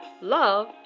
Love